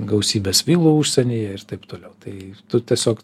gausybės vilų užsieny ir taip toliau tai tu tiesiog